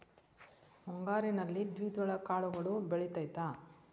ಮುಂಗಾರಿನಲ್ಲಿ ದ್ವಿದಳ ಕಾಳುಗಳು ಬೆಳೆತೈತಾ?